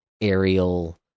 aerial